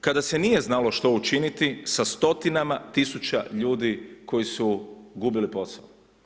Kada se nije znalo što učiniti sa stotinama tisuća ljudi koji su gubili posao.